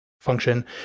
function